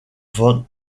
van